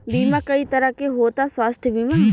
बीमा कई तरह के होता स्वास्थ्य बीमा?